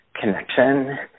connection